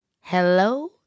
Hello